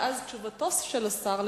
ואז תשובתו של השר,